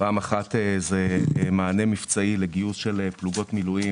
פעם אחת זה מענה מבצעי לגיוס פלוגות מילואים